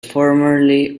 formerly